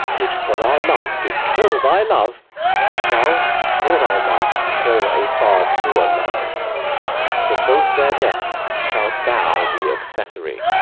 which for thy love did kill thy love shall, for thy love, kill a far truer love to both their deaths shalt thou be accessary.